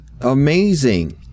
amazing